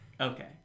okay